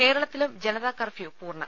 കേരളത്തിലും ജനതാ കർഫ്യൂ പൂർണ്ണം